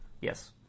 Yes